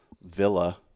villa